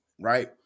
right